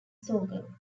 sorghum